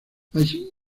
allí